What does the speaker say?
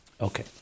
okay